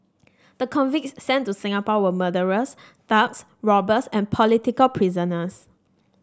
the convicts sent to Singapore were murderers thugs robbers and political prisoners